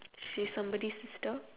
she's somebody's sister